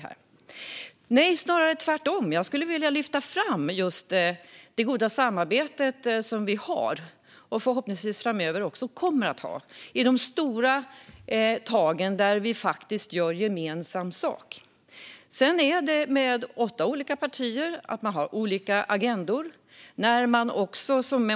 Snarare är det tvärtom. Jag skulle vilja lyfta fram just det goda samarbete vi har, och förhoppningsvis framöver också kommer att ha, i de stora tagen där vi faktiskt gör gemensam sak. Med åtta olika partier har man olika agendor.